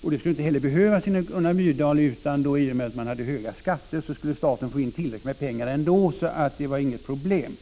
Detta skulle inte heller behövas enligt Gunnar Myrdal, utan i och med att man hade höga skatter skulle staten få in tillräckligt med pengar ändå, så det var inget problem.